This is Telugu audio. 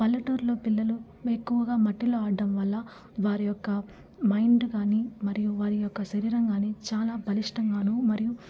పల్లెటూరులో పిల్లలు ఎక్కువగా మట్టిలో ఆడడంవల్ల వారి యొక్క మైండ్ కాని మరియు వారి యొక్క శరీరం కాని చాలా బలిష్టంగాను మరియు